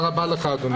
הישיבה ננעלה בשעה